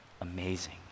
amazing